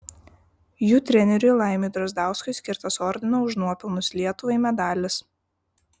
jų treneriui laimiui drazdauskui skirtas ordino už nuopelnus lietuvai medalis